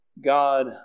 God